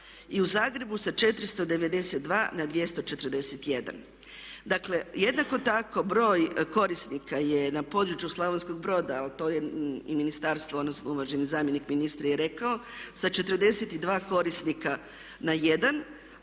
i u Zagrebu sa 492 na 241. Dakle, jednako tako broj korisnika je na području Slavonskog Broda, a to je ministarstvo, odnosno uvaženi zamjenik ministra i rekao, sa 42 korisnika na 1,